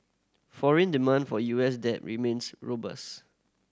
foreign demand for U S debt remains robust